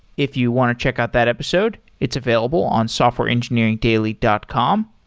if you want to check out that episode, it's available on softwareengineeringdaily dot com.